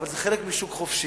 אבל זה חלק משוק חופשי.